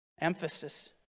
Emphasis